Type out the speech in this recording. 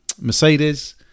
Mercedes